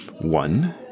One